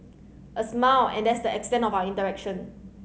a smile and that's the extent of our interaction